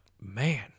man